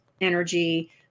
energy